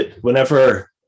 whenever